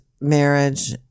marriage